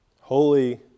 holy